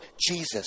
Jesus